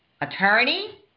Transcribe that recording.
attorney